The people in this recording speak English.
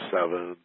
Seven